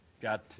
Got